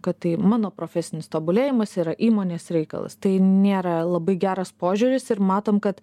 kad tai mano profesinis tobulėjimas yra įmonės reikalas tai nėra labai geras požiūris ir matom kad